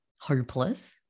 hopeless